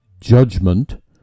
judgment